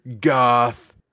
goth